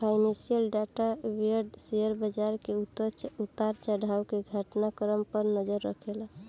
financial data vendor share बाजार के उतार चढ़ाव के घटना क्रम पर नजर रखेला